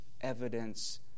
evidence